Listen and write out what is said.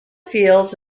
fields